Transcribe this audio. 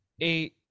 eight